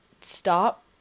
stop